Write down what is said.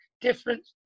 different